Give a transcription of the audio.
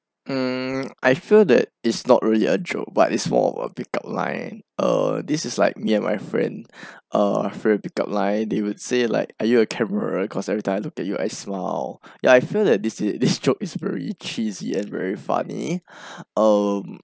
mm I feel that it's not really a joke but it's for a pickup line uh this is like me and my friend uh for a pickup line they would say like are you a camera cause every time I looked at you I smile ya I feel that this this job is very cheesy and very funny um